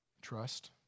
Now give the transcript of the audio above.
Trust